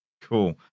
Cool